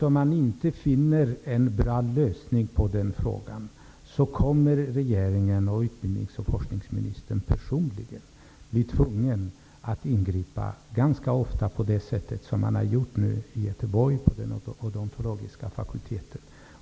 Om man inte finner en bra lösning på denna fråga, kommer regeringen och utbildningsministern att bli tvungna att ganska ofta ingripa på det sätt som man nu har gjort i Göteborg på den odontologiska fakulteten.